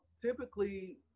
Typically